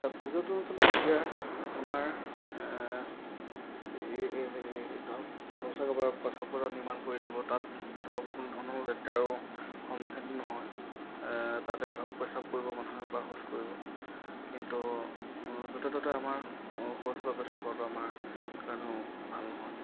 আৰু পৰ্যটনস্থলী যেতিয়া আপোনাৰ এই ধৰক শৌচাগাৰ বা প্ৰস্ৰাৱগাৰ নিৰ্মাণ কৰি দিব তাত ধৰক কোনো ধৰণৰ লেতেৰাৰো সন্মুখীন নহয় তাতে ধৰক প্ৰস্ৰাৱ কৰিব মানুহে বা শৌচ কৰিব কিন্তু য'তে ত'তে আমাৰ শৌচ বা প্ৰস্ৰাৱ কৰাটো আমাৰ কাৰণেও ভাল নহয়